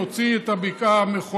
להוציא את הבקעה: מחולה,